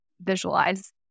visualize